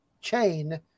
chain